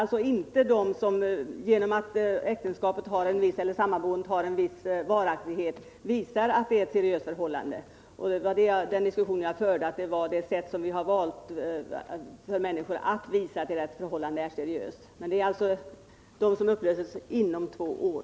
Tillämpningen av lagen drabbar alltså inte dem som visar att det är fråga om ett seriöst förhållande genom att äktenskapet har en viss varaktighet. Det är det sätt på vilket man kan visa att förhållandet är seriöst. Tillämpningen av lagen gäller alltså äktenskap som upplöses inom två år.